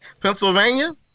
Pennsylvania